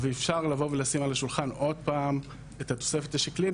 ואפשר לבוא ולשים על השולחן עוד פעם את התוספת השקלית.